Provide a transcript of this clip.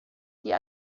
die